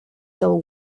till